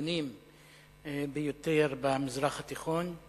והנבונים ביותר במזרח התיכון.